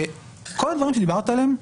כל הדברים שדיברת עליהם,